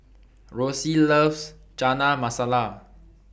Roxie loves Chana Masala